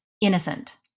innocent